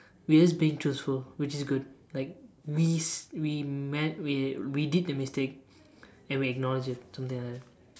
we are just being truthful which is good like we we meant we we did the mistake and we acknowledge it something like that